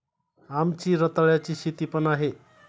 आमची रताळ्याची शेती पण आहे